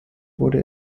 wurde